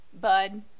bud